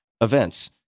events